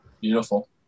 Beautiful